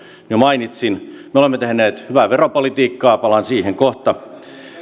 jo mainitsin me olemme tehneet hyvää veropolitiikkaa palaan siihen kohta